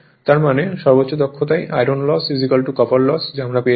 তার মানে সর্বোচ্চ দক্ষতায় আয়রন লস কপার লস যা আমরা পেয়েছি